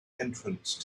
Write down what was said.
entrance